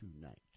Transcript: tonight